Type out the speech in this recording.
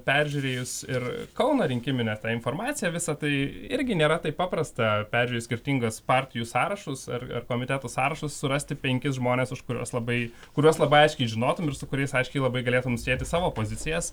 peržiūrėjus ir kauno rinkiminę informaciją visa tai irgi nėra taip paprasta peržiūrėjus skirtingas partijų sąrašus ar ar komitetų sąrašus surasti penkis žmones už kuriuos labai kuriuos labai aiškiai žinotum ir su kuriais aiškiai labai galėtum sieti savo pozicijas